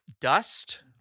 dust